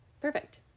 Perfect